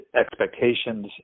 expectations